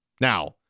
Now